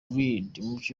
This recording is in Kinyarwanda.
umukinnyi